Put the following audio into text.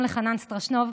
גם לחנן סטרשנוב.